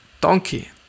donkey